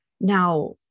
Now